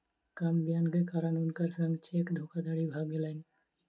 कम ज्ञान के कारण हुनकर संग चेक धोखादड़ी भ गेलैन